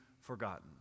forgotten